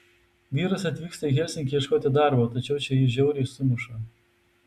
vyras atvyksta į helsinkį ieškoti darbo tačiau čia jį žiauriai sumuša